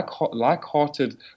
like-hearted